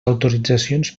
autoritzacions